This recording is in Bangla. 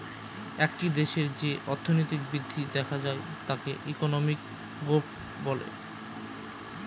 একটা দেশে যে অর্থনৈতিক বৃদ্ধি দেখা যায় তাকে ইকোনমিক গ্রোথ বলে